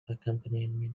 accompaniment